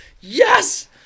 yes